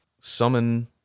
summon